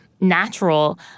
natural